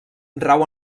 rau